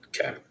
Okay